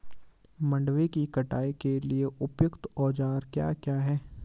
मंडवे की कटाई के लिए उपयुक्त औज़ार क्या क्या हैं?